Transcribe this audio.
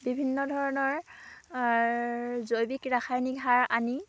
বিভিন্ন ধৰণৰ জৈৱিক ৰাসায়নিক সাৰ আনি